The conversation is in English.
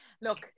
look